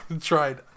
tried